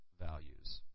values